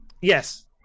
Yes